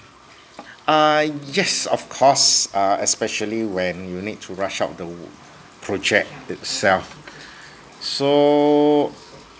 err yes of course uh especially when you need to rush out the project itself so